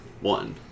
one